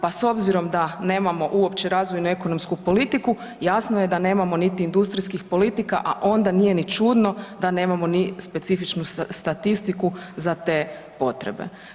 Pa s obzirom da nemamo uopće razvojnu ekonomsku politiku jasno je da nemamo niti industrijskih politika, a onda nije ni čudno da nemamo ni specifičnu statistiku za te potrebe.